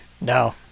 No